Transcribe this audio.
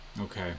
okay